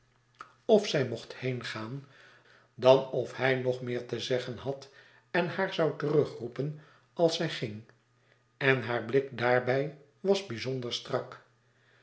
langzaam vandaag gaan dan of hij nog meer te zeggen had en haar zou terugroepen als zij ging en haar blik daarbij was bijzonder strak